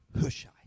Hushai